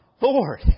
Lord